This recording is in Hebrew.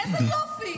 איזה יופי.